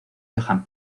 johann